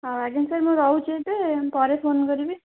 ହଁ ଆଜ୍ଞା ସାର୍ ମୁଁ ରହୁଛି ଏବେ ପରେ ଫୋନ କରିବି